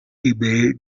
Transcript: imbere